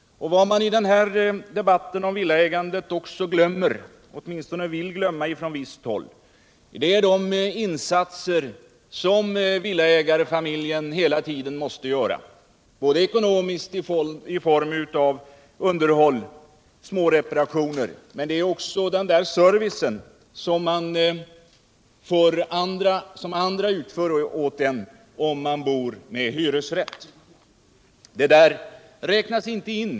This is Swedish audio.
Vad man i den här debatten om villaägandet också glömmer, eller åtminstone vill glömma på visst håll, är de insatser som villaägarfamiljen hela tiden måste göra. Det gäller såväl underhåll och småreparationer som den service som andra utför åt en, om man bor med hyresrätt.